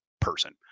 person